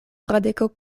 fradeko